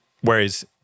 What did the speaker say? Whereas